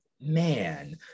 man